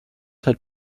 had